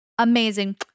amazing